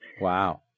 Wow